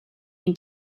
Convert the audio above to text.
ein